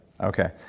Okay